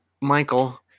Michael